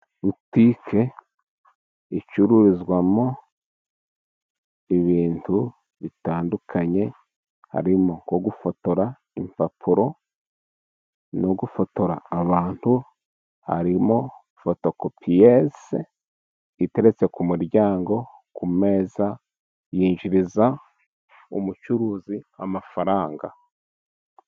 Butike icururizwamo ibintu bitandukanye, harimo nko gufotora impapuro no gufotora abantu, harimo fotokopiyeze iteretse ku muryango ku meza. Yinjiriza umucuruzi amafaranga.